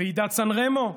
ועידת סן רמו,